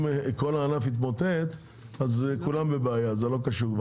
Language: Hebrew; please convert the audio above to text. אם כל הענף יתמוטט אז כולם בבעיה, זה לא קשור.